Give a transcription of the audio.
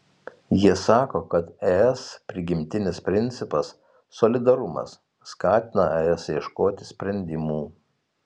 jie sako kad es prigimtinis principas solidarumas skatina es ieškoti sprendimų